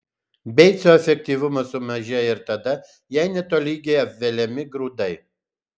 beico efektyvumas sumažėja ir tada jei netolygiai apveliami grūdai